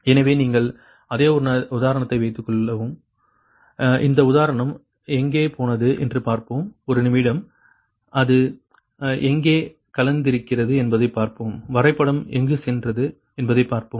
எனவே நாங்கள் அதே உதாரணத்தை வைத்துள்ளோம் அந்த உதாரணம் எங்கே போனது என்று பார்ப்போம் ஒரு நிமிடம் அது எங்கே கலந்திருக்கிறது என்பதைப் பார்ப்போம் வரைபடம் எங்கு சென்றது என்பதைப் பார்ப்போம்